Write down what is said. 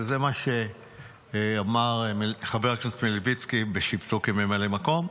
וזה מה שאמר חבר הכנסת מלביצקי בשבתו כממלא מקום.